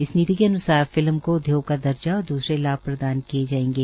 इस नीति के अन्सार फिल्म केा उदयोग का दर्जा और दुसरे लाभ प्रदान किए जायेंगे